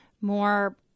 more